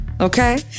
okay